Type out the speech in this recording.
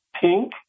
pink